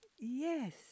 yes